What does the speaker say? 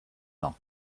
not